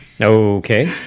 Okay